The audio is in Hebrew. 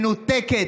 מנותקת,